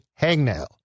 hangnail